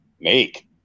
Make